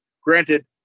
Granted